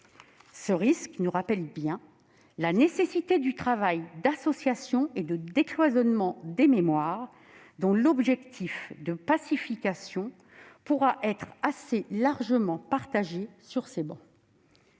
Ce risque nous rappelle bien la nécessité du travail d'association et de décloisonnement des mémoires, dont l'objectif de pacification pourra susciter un consensus assez large sur ces travées.